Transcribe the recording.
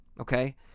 Okay